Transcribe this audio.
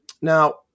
Now